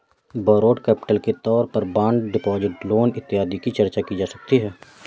borrowed capital के तौर पर बॉन्ड डिपॉजिट लोन इत्यादि की चर्चा की जा सकती है